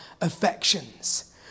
affections